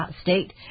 state